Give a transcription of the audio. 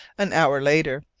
an hour later,